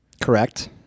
Correct